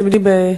אתם יודעים,